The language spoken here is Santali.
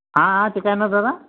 ᱦᱮᱸ ᱦᱮᱸ ᱪᱮᱠᱟᱭᱮᱱᱟ ᱫᱟᱫᱟ